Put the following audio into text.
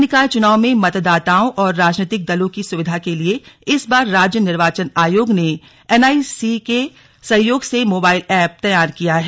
नगर निकाय चुनाव में मतदाताओं और राजनीतिक दलों की सुविधा के लिए इस बार राज्य निर्वाचन आयोग ने एनआईसी के सहयोग से मोबाइल एप तैयार किया है